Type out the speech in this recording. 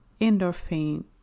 endorphin